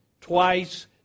twice